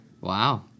Wow